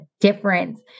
difference